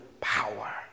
power